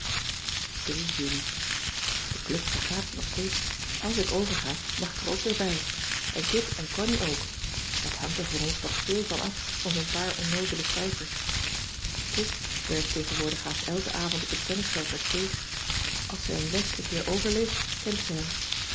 juni de club vergadert nog steeds àls ik overga mag ik er ook weer bij en kit en connie ook wat hangt er voor ons toch veel van af van zoo'n paar onnoozele cijfers pop zwerft tegenwoordig haast elken avond op het tennisveld met kees als zij een les een keer overleest kent ze